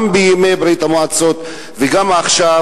גם בימי ברית-המועצות וגם עכשיו,